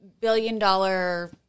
billion-dollar